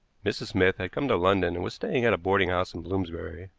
mrs. smith had come to london and was staying at a boarding house in bloomsbury,